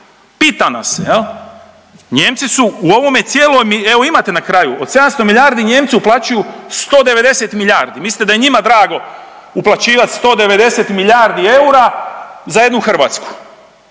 se jel. Nijemci su ovome cijelom, evo imate na kraju od 700 milijardi Nijemci uplaćuju 190 milijardi. Mislite da je njima drago uplaćivati 190 milijardi za jednu Hrvatsku